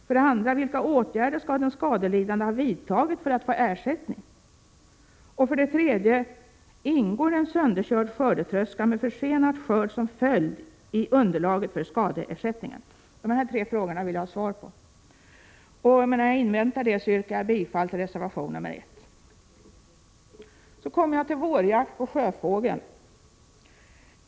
2. Vilka åtgärder skall den skadelidande ha vidtagit för att få ersättning? 3. Ingår en sönderkörd skördetröska med försenad skörd som följd i underlaget för skadeersättningen? De tre frågorna vill jag ha svar på. Medan jag inväntar det, yrkar jag bifall till reservation 1. Så kommer jag till vårjakt på sjöfågel.